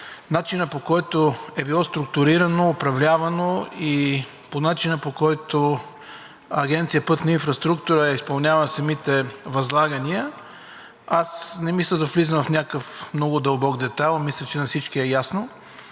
начина, по който е било структурирано и управлявано, и за начина, по който Агенция „Пътна инфраструктура“ е изпълнявала самите възлагания, аз не мисля да влизам в някакъв много дълбок детайл – мисля, че на всички е ясно.